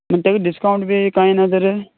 म्हूण ताका डिस्कावंट बी काय ना तर